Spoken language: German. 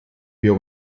wir